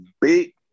big